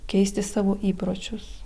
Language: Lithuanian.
keisti savo įpročius